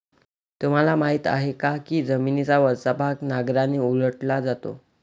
तुम्हाला माहीत आहे का की जमिनीचा वरचा भाग नांगराने उलटला जातो?